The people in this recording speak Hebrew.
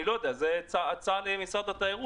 אני לא יודע, זה הצעה למשרד התיירות.